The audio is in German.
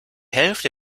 hälfte